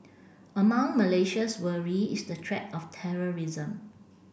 among Malaysia's worry is the threat of terrorism